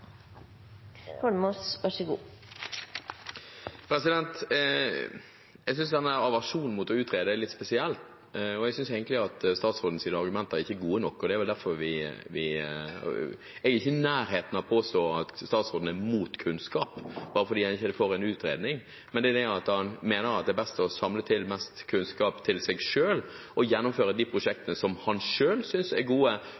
litt spesiell, og jeg synes egentlig at statsrådens argumenter ikke er gode nok. Jeg er ikke i nærheten av å påstå at statsråden er mot kunnskap, bare fordi han ikke er for en utredning. Men at han mener det er best å samle mest kunnskap til seg selv og gjennomføre de prosjektene han selv synes er gode,